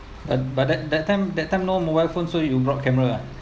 uh but that time that time no mobile phone so you brought camera ah